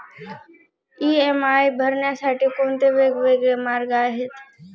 EMI भरण्यासाठी कोणते वेगवेगळे मार्ग आहेत?